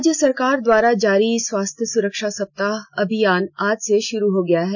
राज्य सरकार द्वारा जारी स्वास्थ्य सुरक्षा सप्ताह अभियान आज से शुरू हो गया है